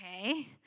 okay